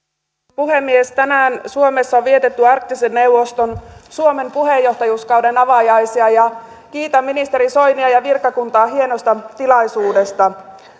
puhemies tänään suomessa on vietetty arktisen neuvoston suomen puheenjohtajuuskauden avajaisia ja kiitän ministeri soinia ja virkakuntaa hienosta tilaisuudesta